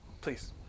Please